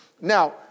Now